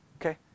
Okay